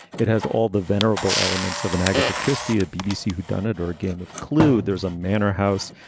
it has all the venerable elements of an agatha christie, a bbc whodunit or a game of clue. there's a manor house,